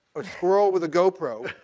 a squirrel with a gopro